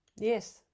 yes